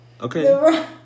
okay